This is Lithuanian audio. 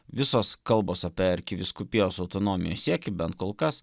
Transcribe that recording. visos kalbos apie arkivyskupijos autonomijos siekį bent kol kas